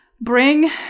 bring